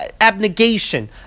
abnegation